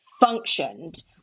functioned